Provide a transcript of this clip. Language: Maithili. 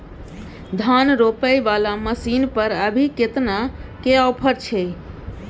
धान रोपय वाला मसीन पर अभी केतना के ऑफर छै?